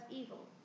evil